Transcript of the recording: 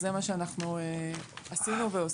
זה מה שאנחנו עשינו ועושים.